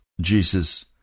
Jesus